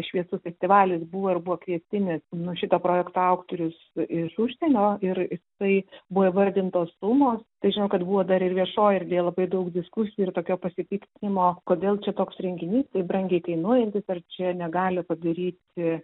šviesų festivalis buvo ir buvo kviestinis nu šito projekto auktorius iš užsienio ir jisai buvo įvardintos sumos tai žinau kad buvo dar ir viešoj erdvėj labai daug diskusijų ir tokio pasipiktinimo kodėl čia toks renginys taip brangiai kainuojantis ar čia negali padaryti